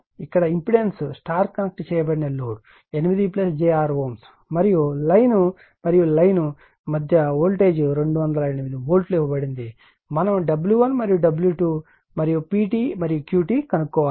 కాబట్టి ఇక్కడ impedance star connect చేయబడిన లోడ్ 8j6Ω మరియు లైన్ మరియు లైన్ మధ్య వోల్టేజ్ 208 వోల్ట్ ఇవ్వబడింది మనం W1 మరియు W2 మరియు PT మరియు Q T కనుగొనాలి